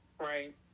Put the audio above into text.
Right